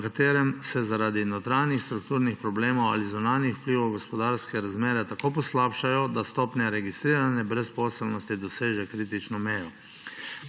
na katerih se zaradi notranjih strukturnih problemov ali zunanjih vplivov gospodarske razmere tako poslabšajo, da stopnja registrirane brezposelnosti doseže kritično mejo.